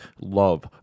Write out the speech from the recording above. love